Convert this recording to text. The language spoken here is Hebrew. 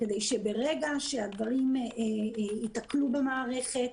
כדי שברגע שהדברים ייתקלו במערכת,